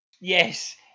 yes